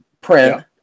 print